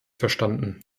verstanden